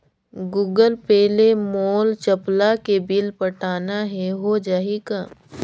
Google pay ले मोल चपला के बिल पटाना हे, हो जाही का?